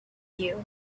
you